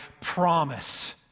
promise